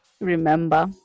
remember